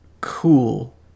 cool